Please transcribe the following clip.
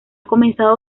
comenzado